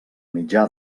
mitjà